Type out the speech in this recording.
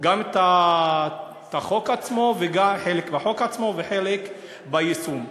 גם חלק מהחוק עצמו וחלק מהיישום,